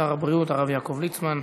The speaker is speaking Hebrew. שר הבריאות הרב יעקב ליצמן.